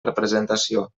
representació